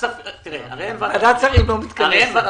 הרי אין ועדת שרים לחקיקה,